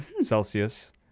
celsius